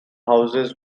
houses